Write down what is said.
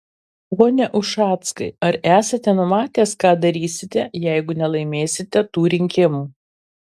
pone ušackai ar esate numatęs ką darysite jeigu nelaimėsite tų rinkimų